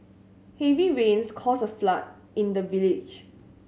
heavy rains caused a flood in the village